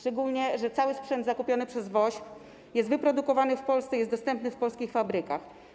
szczególnie że cały sprzęt zakupiony przez WOŚP jest wyprodukowany w Polsce, jest dostępny w polskich fabrykach?